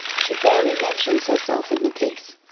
she barely mentions herself in the piece.